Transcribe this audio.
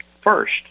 First